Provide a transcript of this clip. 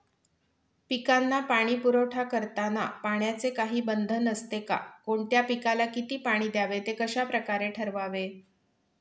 पिकांना पाणी पुरवठा करताना पाण्याचे काही बंधन असते का? कोणत्या पिकाला किती पाणी द्यावे ते कशाप्रकारे ठरवावे?